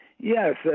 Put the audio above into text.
Yes